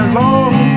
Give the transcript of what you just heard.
long